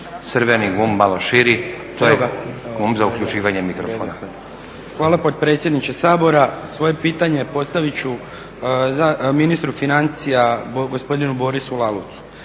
crveni gumb malo širi, to je gumb za uključivanje mikrofona. **Nekić, Hrvoje (SDP)** Hvala potpredsjedniče Sabora. Svoje pitanje postavit ću ministru financija, gospodinu Borisu Lalovcu.